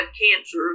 cancer